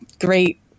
great